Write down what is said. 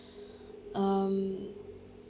um